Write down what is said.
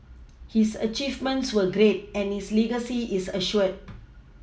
his achievements were great and his legacy is assured